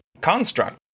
construct